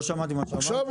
לא שמעת?